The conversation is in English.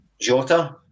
Jota